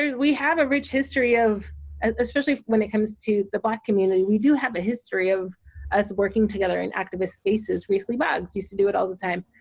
we have a rich history especially when it comes to the black community we do have a history of us working together in activist spaces, grace lee boggs used to do it all the time.